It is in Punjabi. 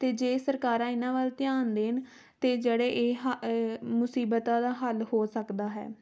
ਅਤੇ ਜੇ ਸਰਕਾਰਾਂ ਇਹਨਾਂ ਵੱਲ ਧਿਆਨ ਦੇਣ ਤਾਂ ਜਿਹੜੇ ਇਹ ਹ ਮੁਸੀਬਤਾਂ ਦਾ ਹੱਲ ਹੋ ਸਕਦਾ ਹੈ